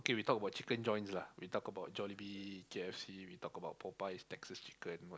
we talk about chicken joints lah we talk about Jollibee K_F_C we talk about Popeyes Texas chicken